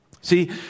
See